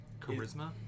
charisma